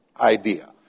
idea